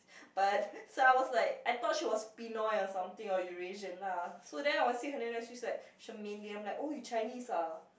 but so I was like I thought she was Pinoy or something or Eurasian lah so then I will say something then she like Shermaine then I'm like oh you Chinese ah